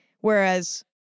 Whereas